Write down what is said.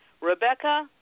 Rebecca